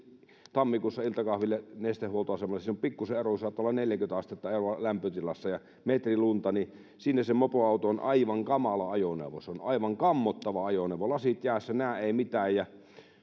tammikuussa iltakahville nesteen huoltoasemalle siinä on pikkuisen eroa saattaa olla neljäkymmentä astetta eroa lämpötilassa ja kun on metri lunta niin siinä se mopoauto on aivan kamala ajoneuvo se on aivan kammottava ajoneuvo on lasit jäässä ei näe mitään ja